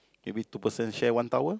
maybe two persons share one towel